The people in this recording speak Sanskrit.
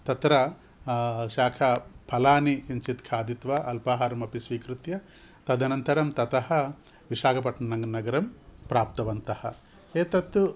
तत्र शाकफलानि किञ्चित् खादित्वा अल्पाहारमपि स्वीकृत्य तदनन्तरं ततः विशाखपट्टणनगरं प्राप्तवन्तः एतत्तु